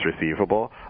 receivable